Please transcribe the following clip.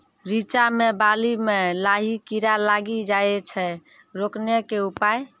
रिचा मे बाली मैं लाही कीड़ा लागी जाए छै रोकने के उपाय?